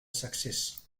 success